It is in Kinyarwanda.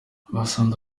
basanze